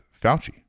Fauci